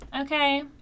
Okay